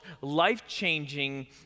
life-changing